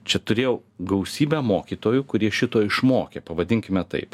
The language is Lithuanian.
čia turėjau gausybę mokytojų kurie šito išmokė pavadinkime taip